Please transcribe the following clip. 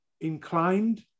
inclined